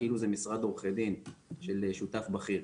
כאילו זה משרד עורכי דין של שותף בכיר.